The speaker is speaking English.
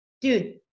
Dude